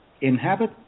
inhabit